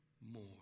More